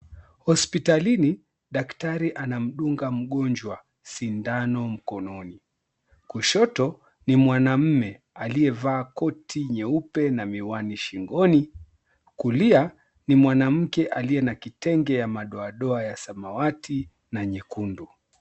Hospitalini daktari anamdunga mgonjwa sindano mkonini. Kushoto ni mwanaume aliyevaa koti nyeupe na miwani shingoni. Kulia, ni mwanamke aliye na kitenge ya madoadoa ya samawati na nyekundu,